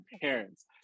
parents